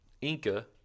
Inca